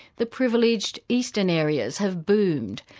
the privileged eastern areas have boomed,